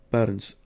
Parents